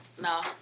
No